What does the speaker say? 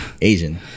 Asian